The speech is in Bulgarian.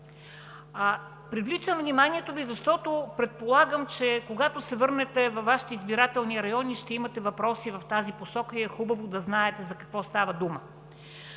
Привличам вниманието Ви, защото предполагам, че когато се върнете във Вашите избирателни райони, ще имате въпроси в тази посока и е хубаво да знаете за какво става дума.